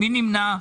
מי נמנע?